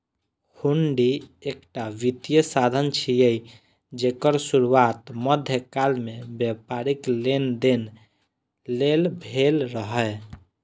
हुंडी एकटा वित्तीय साधन छियै, जेकर शुरुआत मध्यकाल मे व्यापारिक लेनदेन लेल भेल रहै